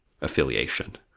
affiliation